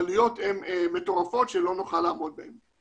העלויות הן מטורפות שלא נוכל לעמוד בהן.